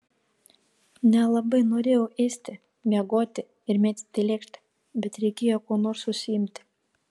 nelabai norėjau ėsti miegoti ir mėtyti lėkštę bet reikėjo kuo nors užsiimti